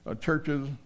churches